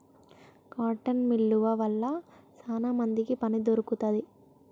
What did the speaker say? cotton మిల్లువ వల్ల శానా మందికి పని దొరుకుతాంది